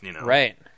Right